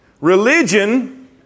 Religion